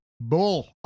bull